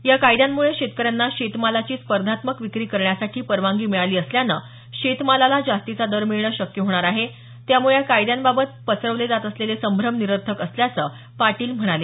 या कायद्यांमुळे शेतकऱ्यांना शेतमालाची स्पर्धात्मक विक्री करण्यासाठी परवानगी मिळाली असल्यानं शेतमालाला जास्तीचा दर मिळणं शक्य होणार आहे त्यामुळे या कायद्यांबाबत पसरवले जात असलेले संभ्रम निरर्थक असल्याचं पाटील म्हणाले